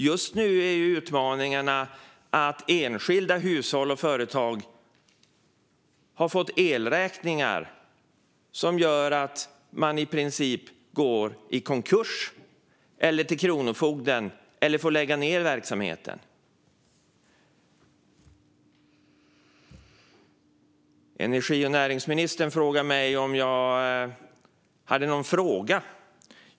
Just nu är utmaningarna att enskilda hushåll och företag har fått elräkningar som gör att de i princip går i konkurs, hamnar hos kronofogden eller får lägga ned verksamheten. Energi och näringsministern frågade mig om jag hade någon fråga.